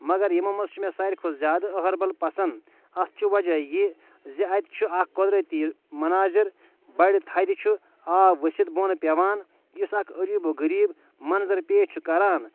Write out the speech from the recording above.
مگر یِمو منٛزٕ چھُ مےٚ سارِوٕے کھۄتہٕ زیادٕ أہربَل پسنٛد اَتھ چھُ وجہ یہِ زِ اَتہِ چھُ اکھ قۄدرٔتی مناظِر بڈِ تھدِ چھُ آب ؤسِتھ بۄنہٕ پٮ۪وان یُس اکھ عٔجیٖب و غریٖب منظر پیش چھُ کران